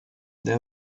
they